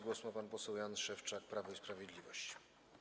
Głos ma pan poseł Jan Szewczak, Prawo i Sprawiedliwość.